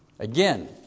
Again